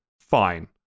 Fine